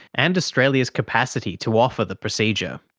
and australia's capacity to offer the procedure.